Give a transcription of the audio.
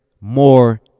more